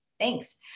Thanks